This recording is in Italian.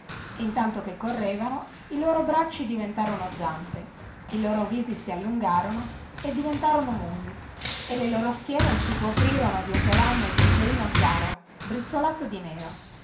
e intanto che correvano i loro bracci diventarono zampe i loro visi si allungarono e diventarono musi e le loro schiene si coprirono di un pelame grigiolino chiaro brizzolato di nero